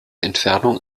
entfernung